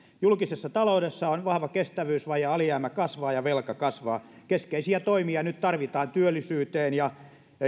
julkisessa taloudessa on vahva kestävyysvaje alijäämä kasvaa ja velka kasvaa keskeisiä toimia tarvitaan nyt työllisyyteen ja